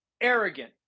arrogant